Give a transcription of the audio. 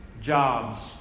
jobs